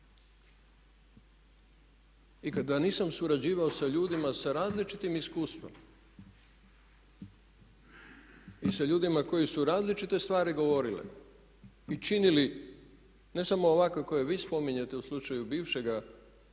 I kada nisam surađivao sa ljudima sa različitim iskustvom i sa ljudima koji su različite stvari govorili i činili ne samo ovakve koje vi spominjete u slučaju bivšega